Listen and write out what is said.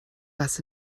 was